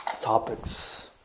topics